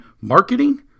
marketing